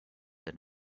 and